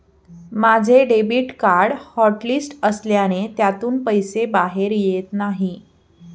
माझे debit card hotlist असल्याने त्यातून पैसे बाहेर येत नाही